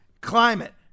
climate